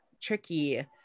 tricky